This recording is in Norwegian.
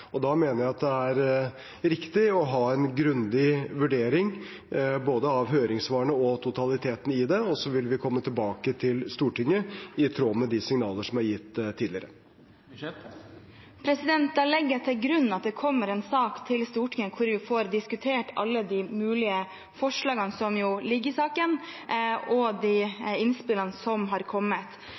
Da mener jeg at det er riktig å ha en grundig vurdering av både høringssvarene og totaliteten i det, og så vil vi komme tilbake til Stortinget, i tråd med de signaler som er gitt tidligere. Da legger jeg til grunn at det kommer en sak til Stortinget hvor vi får diskutert alle de mulige forslagene som ligger i saken, og de innspillene som har kommet.